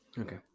Okay